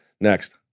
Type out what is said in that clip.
Next